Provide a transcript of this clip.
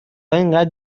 انقدر